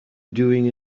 doing